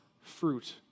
fruit